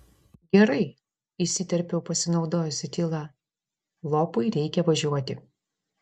gerai įsiterpiau pasinaudojusi tyla lopui reikia važiuoti